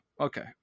okay